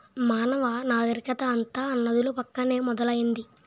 మానవ నాగరికత అంతా నదుల పక్కనే మొదలైంది